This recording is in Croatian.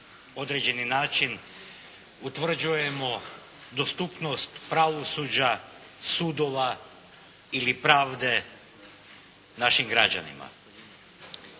određeni način utvrđujemo dostupnost pravosuđa, sudova ili pravde našim građanima.